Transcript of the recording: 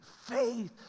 faith